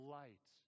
light